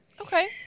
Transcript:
Okay